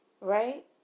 Right